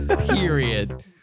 Period